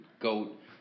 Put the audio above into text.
GOAT